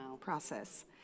process